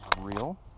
real